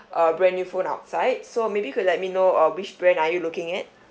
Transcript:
uh brand new phone outside so maybe you could let me know uh which brand are you looking at